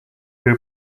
who